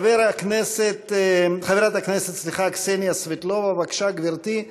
חברת הכנסת קסניה סבטלובה, בבקשה, גברתי.